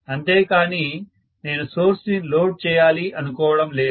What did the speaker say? అంతే కానీ నేను సోర్స్ ని లోడ్ చేయాలి అనుకోవడం లేదు